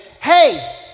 Hey